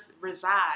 reside